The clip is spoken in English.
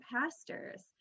pastors